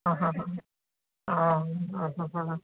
अहह आं हा हह